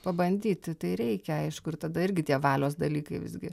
pabandyti tai reikia aišku ir tada irgi tie valios dalykai visgi